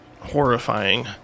horrifying